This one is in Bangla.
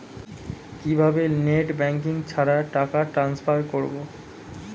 কিভাবে নেট ব্যাঙ্কিং ছাড়া টাকা টান্সফার করব?